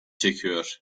çekiyor